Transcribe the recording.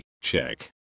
check